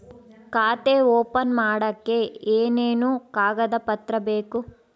ಖಾತೆ ಓಪನ್ ಮಾಡಕ್ಕೆ ಏನೇನು ಕಾಗದ ಪತ್ರ ಬೇಕು?